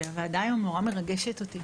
והוועדה היום מאוד מרגשת אותי.